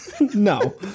No